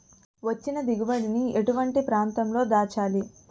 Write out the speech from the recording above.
వచ్చిన దిగుబడి ని ఎటువంటి ప్రాంతం లో దాచాలి?